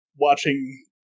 Watching